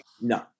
No